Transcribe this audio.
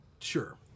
sure